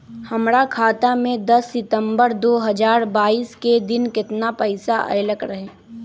हमरा खाता में दस सितंबर दो हजार बाईस के दिन केतना पैसा अयलक रहे?